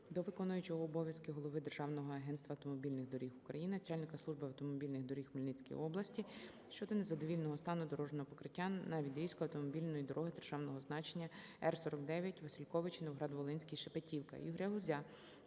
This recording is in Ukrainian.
до виконуючого обов'язків голови Державного агентства автомобільних доріг України, Начальника Служби автомобільних доріг у Хмельницькій області щодо незадовільного стану дорожнього покриття на відрізку автомобільної дороги державного значення Р-49 Васьковичі - Новоград-Волинський - Шепетівка. Ігоря Гузя